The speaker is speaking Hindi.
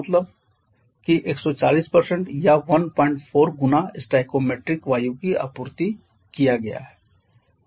मतलब की 140 या 14 गुना स्टोइकोमेट्रिक वायु की आपूर्ति कि गए है